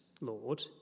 Lord